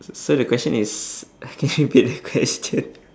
s~ so the question is uh can you repeat the question